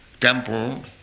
temple